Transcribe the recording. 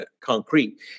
concrete